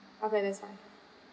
okay that's fine